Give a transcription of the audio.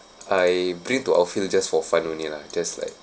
I bring to outfield just for fun only lah just like